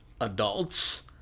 adults